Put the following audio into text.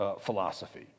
philosophy